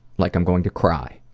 like i'm going to cry.